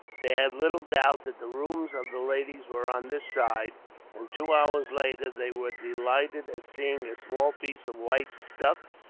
they had little doubt that the rooms of the ladies were on this side and, two hours later, they were delighted at seeing a small piece of white stuff,